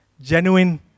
genuine